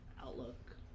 outlook